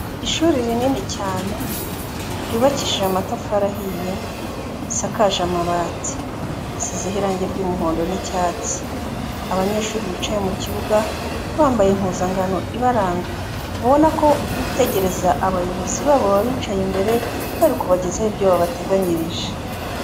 Ishuri rinini cyane ryubakishije amatafari ahiye risakaje amabati, hasizeho irange ry'umuhondo n'icyatsi, abanyeshuri bicaye mu kibuga bambaye impuzangano ibaranga, ubona ko bitegereza abayobozi babo baba bicaye imbere, bari kubagezaho ibyo babateganyirije.